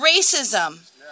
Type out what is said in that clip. racism